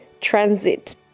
Transit